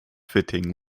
fitting